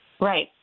Right